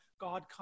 God